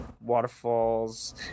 waterfalls